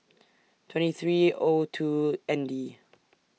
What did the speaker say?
twenty three O two N D